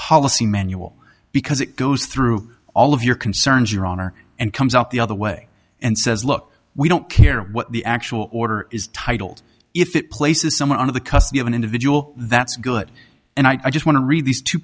policy manual because it goes through all of your concerns your honor and comes out the other way and says look we don't care what the actual order is titled if it places someone of the custody of an individual that's good and i just want to read these two